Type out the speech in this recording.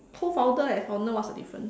co founder and founder what's the difference